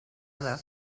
other